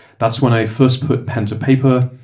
that's when i first put pen to paper.